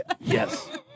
Yes